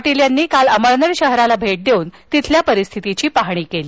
पाटील यांनी काल अमळनेर शहराला भेट देऊन तिथल्या परिस्थितीची पाहणी केली